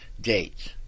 dates